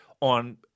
on